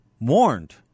warned